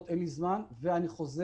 ופה צריך